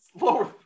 lower